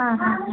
ಹಾಂ ಹಾಂ ಹಾಂ